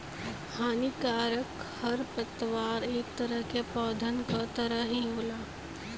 हानिकारक खरपतवार इक तरह से पौधन क तरह ही होला